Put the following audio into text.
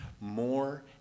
more